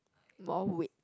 more weight